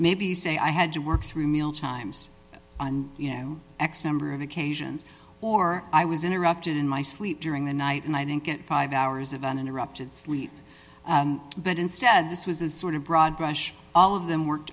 maybe say i had to work through meal times on you know x number of occasions or i was interrupted in my sleep during the night and i didn't get five hours of uninterrupted sleep that instead this was this sort of broad brush all of them worked